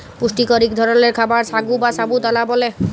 পুষ্টিকর ইক ধরলের খাবার সাগু বা সাবু দালা ব্যালে